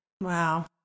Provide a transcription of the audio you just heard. wow